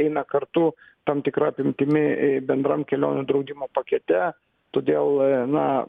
eina kartu tam tikra apimtimi bendram kelionių draudimo pakete todėl na